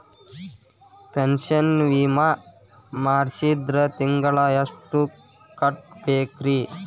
Pension ವಿಮಾ ಮಾಡ್ಸಿದ್ರ ತಿಂಗಳ ಎಷ್ಟು ಕಟ್ಬೇಕ್ರಿ?